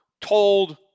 told